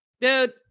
Dude